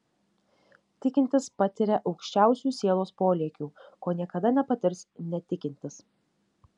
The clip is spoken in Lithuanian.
tikintis patiria aukščiausių sielos polėkių ko niekada nepatirs netikintis